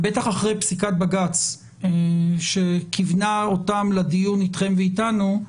ובטח אחרי פסיקת בג"צ שכיוונה אותם לדיון איתכם ואיתנו,